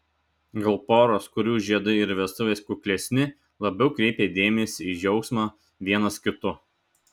gal poros kurių žiedai ir vestuvės kuklesni labiau kreipia dėmesį į džiaugsmą vienas kitu